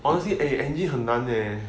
honestly eh engine 很难 leh